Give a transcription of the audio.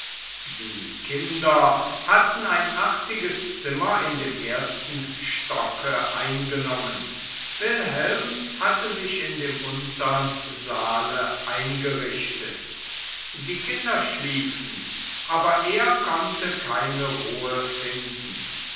die kinder hatten ein artiges zimmer in dem ersten stocke eingenommen wilhelm hatte sich in dem untern saale eingerichtet die kinder schliefen aber er konnte keine ruhe finden